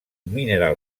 mineral